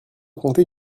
compter